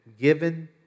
given